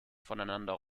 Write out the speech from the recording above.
voneinander